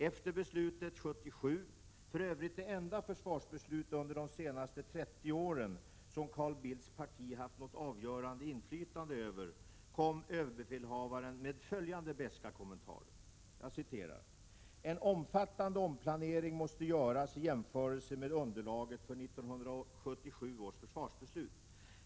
Efter beslutet 1977 — för övrigt det enda försvarsbeslut under de senaste 30 åren som Carl Bildts parti haft något avgörande inflytande över — kom överbefälhavaren med följande beska kommentar: ”En omfattande omplanering måste göras i jämförelse med underlaget för 1977 års försvarsbeslut.